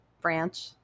branch